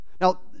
Now